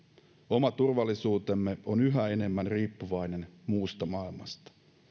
oma turvallisuutemme on yhä enemmän riippuvainen muusta maailmasta